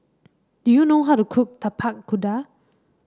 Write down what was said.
do you know how to cook Tapak Kuda